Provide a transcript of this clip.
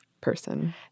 person